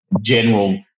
general